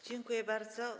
Dziękuję bardzo.